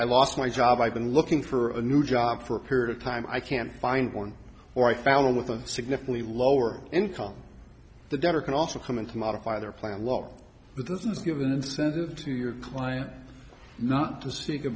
i lost my job i've been looking for a new job for a period of time i can't find one or i found one with a significantly lower income the debtor can also come in to modify their plan lol but this is given incentive to your client not to seek a